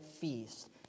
feast